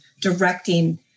directing